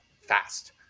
fast